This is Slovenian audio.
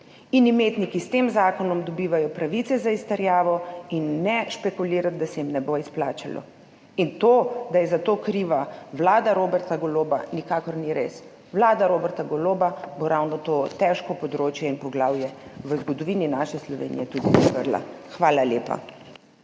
Imetniki s tem zakonom dobivajo pravice za izterjavo in ne špekulirati, da se jim ne bo izplačalo. In to, da je za to kriva vlada Roberta Goloba, nikakor ni res – vlada Roberta Goloba bo ravno to težko področje in poglavje v zgodovini naše Slovenije tudi zaprla. Hvala lepa.